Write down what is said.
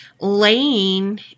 laying